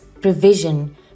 provision